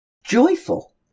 Joyful